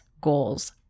goals